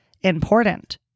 important